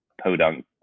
podunk